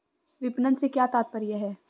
विपणन से क्या तात्पर्य है?